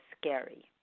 scary